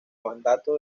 mandato